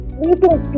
meeting